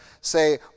say